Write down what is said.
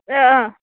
औ औ